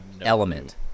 element